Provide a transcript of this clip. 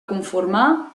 conformar